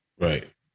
Right